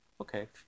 okay